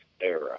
era